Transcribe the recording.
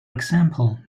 example